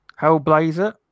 Hellblazer